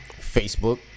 Facebook